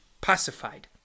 pacified